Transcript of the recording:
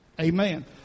Amen